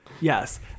yes